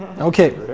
Okay